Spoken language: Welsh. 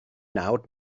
nawr